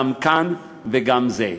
גם כאן וגם זה.